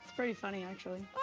very funny, actually.